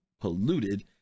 polluted